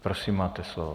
Prosím, máte slovo.